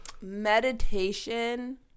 Meditation